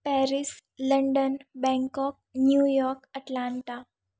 Paris London Bangkok New York atlanta